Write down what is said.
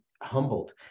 humbled